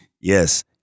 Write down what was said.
Yes